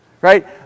right